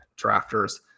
drafters